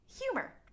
Humor